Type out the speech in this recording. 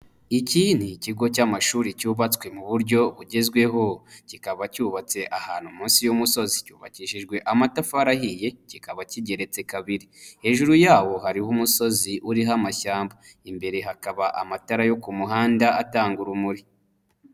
Iki ni ikigo cy'amashuri cyubatswe mu buryo bugezweho, kikaba cyubatse ahantu munsi y'umusozi, cyubakishijwe amatafari ahiye, kikaba kigeretse kabiri. Hejuru yawo hariho umusozi uriho amashyamba, imbere hakaba amatara yo ku muhanda atanga urumuri.